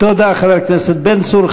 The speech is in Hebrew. תודה, חבר הכנסת בן צור.